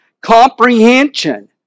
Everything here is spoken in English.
comprehension